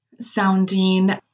sounding